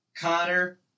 Connor